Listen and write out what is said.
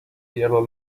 yellow